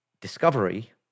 discovery